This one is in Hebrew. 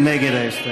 מי נגד ההסתייגות?